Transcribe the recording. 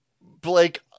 Blake